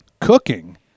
cooking